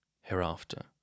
hereafter